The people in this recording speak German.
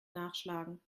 nachschlagen